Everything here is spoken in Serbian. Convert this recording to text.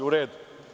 U redu.